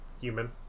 Human